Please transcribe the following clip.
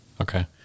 Okay